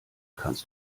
kannst